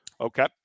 Okay